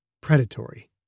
predatory